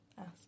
ask